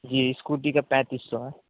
جی scooty کا پینتس سو ہے